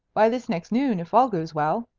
by this next noon, if all goes well!